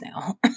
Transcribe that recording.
now